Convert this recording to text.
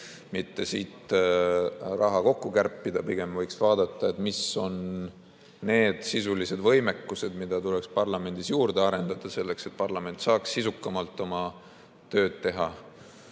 mitte siin raha kärpida. Pigem võiks vaadata, mis on need sisulised võimekused, mida tuleks parlamendis juurde arendada, selleks et Riigikogu saaks sisukamalt oma tööd teha